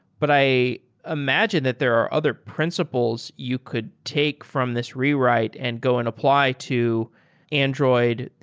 but i imagine that there are other principles you could take from this rewrite and go and apply to android,